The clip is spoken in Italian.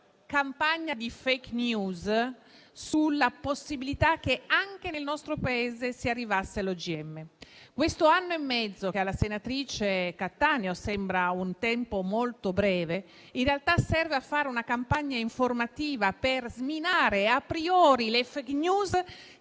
campagna di *fake news* contro la possibilità che, anche nel nostro Paese, si arrivasse all'OGM. Questo anno e mezzo, che alla senatrice Cattaneo sembra un tempo molto breve, in realtà serve a fare una campagna informativa per minare *a priori* le *fake news* che,